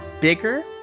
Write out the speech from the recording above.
bigger